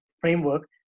framework